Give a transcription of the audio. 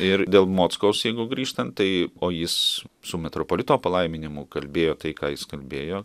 ir dėl mockaus jeigu grįžtant tai o jis su metropolito palaiminimu kalbėjo tai ką jis kalbėjo